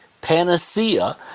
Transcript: panacea